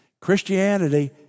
Christianity